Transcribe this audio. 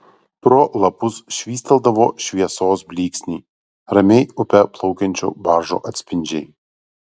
pro lapus švystelėdavo šviesos blyksniai ramiai upe plaukiančių baržų atspindžiai